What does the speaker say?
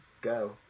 Go